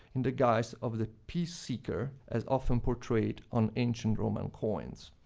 in the guise of the peace-seeker, as often portrayed on ancient roman coins.